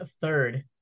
third